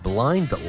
Blind